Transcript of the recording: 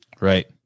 Right